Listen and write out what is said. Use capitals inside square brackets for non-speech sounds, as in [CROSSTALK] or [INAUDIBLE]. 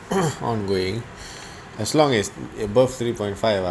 [NOISE] ongoing as long as above three point five lah